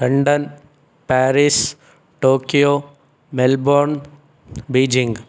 London Paris Tokyo Melbourne Beijing